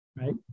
right